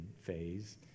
phase